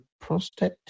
prostate